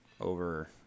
over